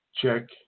Check